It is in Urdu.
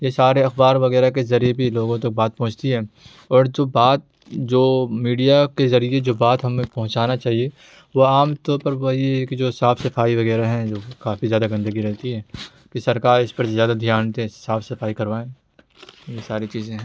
یہ سارے اخبار وغیرہ کے ذریعے بھی لوگوں تک بات پہنچتی ہے اور جو بات جو میڈیا کے ذریعے جو بات ہم میں پہنچانا چاہیے وہ عام طور پر وہ یہ ہے کہ جو صاف صفائی وغیرہ ہیں جو کہ کافی زیادہ گندگی رہتی ہیں کہ سرکار اس پر زیادہ دھیان دیں صاف صفائی کروائیں یہ ساری چیزیں ہیں